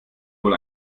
wohl